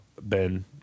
Ben